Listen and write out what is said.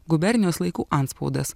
gubernijos laikų antspaudas